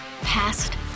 past